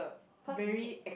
cause in it